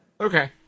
Okay